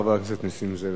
חבר הכנסת נסים זאב,